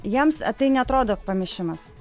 jiems tai neatrodo pamišimas